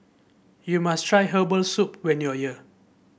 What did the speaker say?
you must try Herbal Soup when you are here